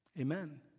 amen